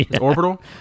orbital